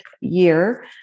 year